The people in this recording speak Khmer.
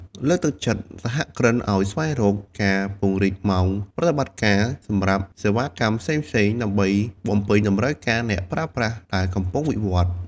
លើកទឹកចិត្តសហគ្រិនឱ្យស្វែងរក ការពង្រីកម៉ោងប្រតិបត្តិការ សម្រាប់សេវាកម្មផ្សេងៗដើម្បីបំពេញតម្រូវការអ្នកប្រើប្រាស់ដែលកំពុងវិវត្ត។